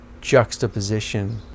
juxtaposition